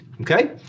Okay